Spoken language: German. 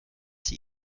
sie